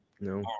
no